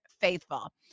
faithful